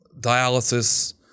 dialysis